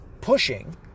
pushing